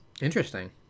Interesting